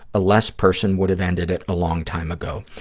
a less person would have ended it a long time ago.